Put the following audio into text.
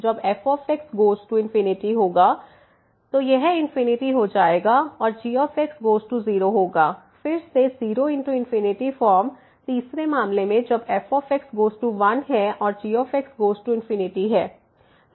तो यह इंफिनिटी हो जाएगा और g गोज़ टू 0 होगा फिर से 0 ×∞ फॉर्म तीसरे मामले मैं जब f गोज़ टू 1 और g गोज़ टू है